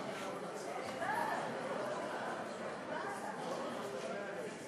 לברך את חברת הכנסת החדשה לאה פדידה.